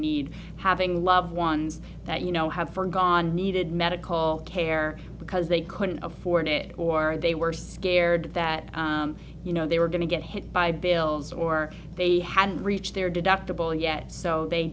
need having loved ones that you know have foregone needed medical care because they couldn't afford it or they were scared that you know they were going to get hit by bills or they hadn't reached their deductible yet so they